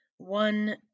One